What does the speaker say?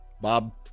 Bob